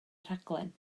rhaglen